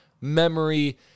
memory